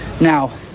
Now